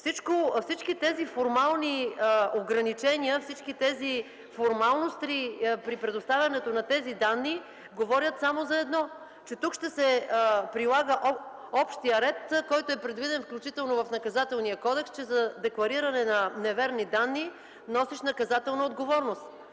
Всички тези формални ограничения и формалности при предоставянето на данните говорят само за едно – че тук ще се прилага общият ред, предвиден в Наказателния кодекс – че за деклариране на неверни данни носиш наказателна отговорност.